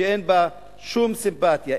שאין בה שום סימפתיה,